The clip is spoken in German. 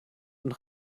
und